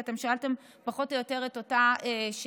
כי אתם שאלתם פחות או יותר את אותה שאלה.